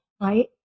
right